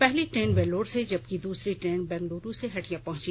पहली ट्रेन वेल्लोर से जबकि दूसरी ट्रेन बंगलुरू से हटिया पहुंची